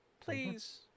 Please